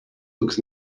looks